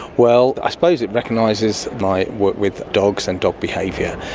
well, i suppose it recognises my work with dogs and dog behaviour,